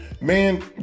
Man